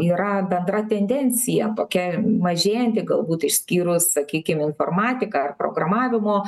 yra bendra tendencija tokia mažėjanti galbūt išskyrus sakykim informatikąar programavimo